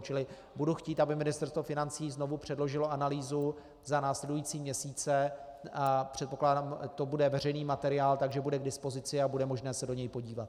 Čili budu chtít, aby Ministerstvo financí znovu předložilo analýzu za následující měsíce, a předpokládám, to bude veřejný materiál, takže bude k dispozici a bude možné se do něj podívat.